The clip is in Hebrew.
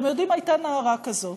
אתם יודעים, הייתה נערה כזאת